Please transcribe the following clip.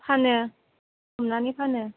फानो हमनानै फानो